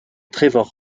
trevor